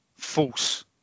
false